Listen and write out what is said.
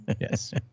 Yes